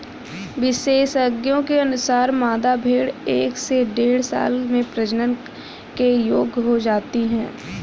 विशेषज्ञों के अनुसार, मादा भेंड़ एक से डेढ़ साल में प्रजनन के योग्य हो जाती है